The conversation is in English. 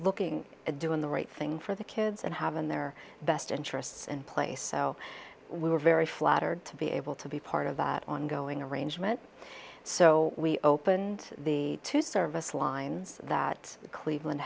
looking at doing the right thing for the kids and have in their best interests in place so we were very flattered to be able to be part of that ongoing arrangement so we opened the two service lines that cleveland